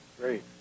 great